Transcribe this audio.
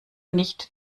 nicht